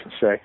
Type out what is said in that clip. say